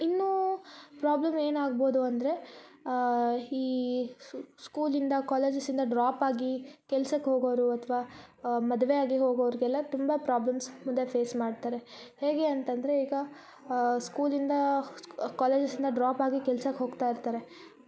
ಇನ್ನೂ ಪ್ರಾಬ್ಲಮ್ ಏನು ಆಗ್ಬೋದು ಅಂದರೆ ಈ ಸ್ಕೂಲಿಂದ ಕಾಲೇಜಸ್ಯಿಂದ ಡ್ರಾಪಾಗಿ ಕೆಲ್ಸಕ್ಕೆ ಹೋಗೋರು ಅಥ್ವ ಮದುವೆ ಆಗಿ ಹೋಗೊರಿಗೆಲ್ಲ ತುಂಬ ಪ್ರಾಬ್ಲಮ್ಸ್ ಮುಂದೆ ಫೇಸ್ ಮಾಡ್ತಾರೆ ಹೇಗೆ ಅಂತಂದರೆ ಈಗ ಸ್ಕೂಲಿಂದ ಕಾಲೇಜಸ್ಯಿಂದ ಡ್ರಾಪಾಗಿ ಕೆಲ್ಸಕ್ಕೆ ಹೋಗ್ತಾಯಿರ್ತಾರೆ ಬಟ್